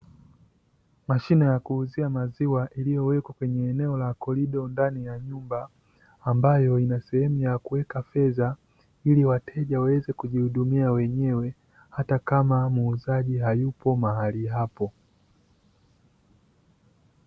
Mashine ya kuuzia maziwa iliyowekwa kwenye eneo la korido ndani ya nyumba, ambayo ina sehemu ya kuweka fedha ili wateja waweze kujihudumia wenyewe hata kama muuzaji hayupo mahali hapo.